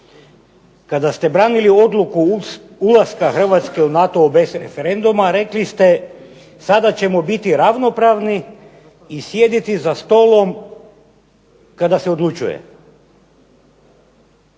Kada ste branili odluku ulaska Hrvatske u NATO bez referenduma rekli ste sada ćemo biti ravnopravni i sjediti za stolom kada se odlučuje.